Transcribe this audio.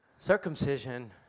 circumcision